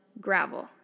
gravel